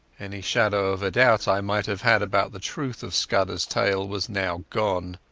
any shadow of a doubt i might have had about the truth of scudderas tale was now gone.